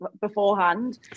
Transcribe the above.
beforehand